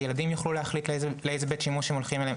שילדים יוכלו להחליט לאיזה בית שימוש הם הולכים אליהם,